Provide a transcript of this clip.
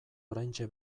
oraintxe